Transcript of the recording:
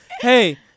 hey